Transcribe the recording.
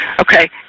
Okay